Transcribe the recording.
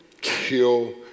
kill